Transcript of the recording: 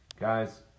guys